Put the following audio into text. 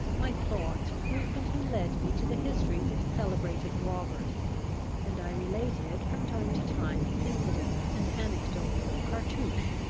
my thoughts frequently led me to the histories of celebrated robbers and i related, from time to time, incidents and anecdotes of cartouche,